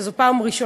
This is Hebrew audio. זו פעם ראשונה,